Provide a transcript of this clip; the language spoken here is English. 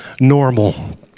normal